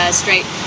straight